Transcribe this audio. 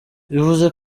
bivuze